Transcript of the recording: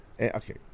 Okay